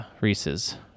Reese's